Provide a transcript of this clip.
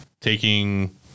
taking